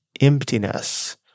emptiness